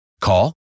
Call